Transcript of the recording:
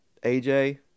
AJ